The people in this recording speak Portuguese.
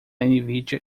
nvidia